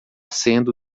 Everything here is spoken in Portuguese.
sendo